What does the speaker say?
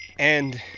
and